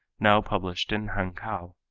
now published in hankow.